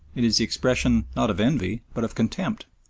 it is the expression, not of envy, but of contempt,